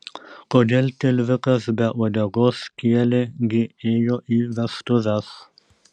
kodėl tilvikas be uodegos kielė gi ėjo į vestuves